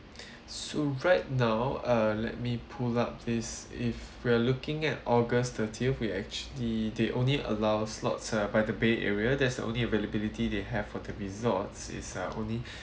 so right now uh let me pull up this if we're looking at august thirtieth we actually they only allow slots uh by the bay area that's the only availability they have for the resort is uh only